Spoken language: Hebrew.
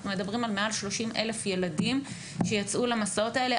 אנחנו מדברים על מעל 30 אלף ילדים שיצאו למסעות האלה.